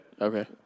Okay